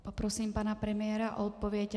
Poprosím pana premiéra o odpověď.